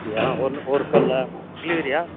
அப்படியா ஒரு ஒரு கல்லா கிலுரியா